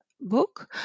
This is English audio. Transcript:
book